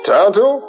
Tonto